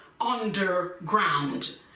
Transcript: underground